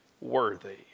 Worthy